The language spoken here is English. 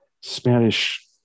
Spanish